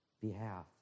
behalf